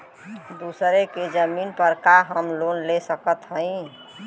दूसरे के जमीन पर का हम लोन ले सकत हई?